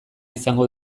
izango